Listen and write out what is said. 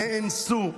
נאנסו,